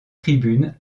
tribunes